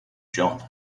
john